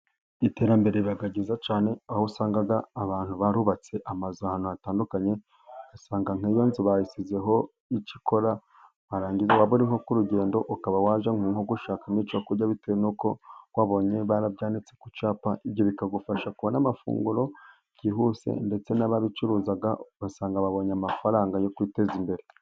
Iterambere riba ryiza cyane. Aho usanga abantu barubatse amazu ahantu hatandukanye, ugasanga nk'iyo nzu bayishyizeho icyo ikora, warangiza waba uri nko ku rugendo ukaba wajya nko gushakamo icyo kurya bitewe nuko wabonye barabyanditse ku cyapa. Ibyo bikagufasha kubona amafunguro byihuse, ndetse n'ababicuruza ugasanga babonye amafaranga yo kwiteza imbere.